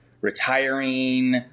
retiring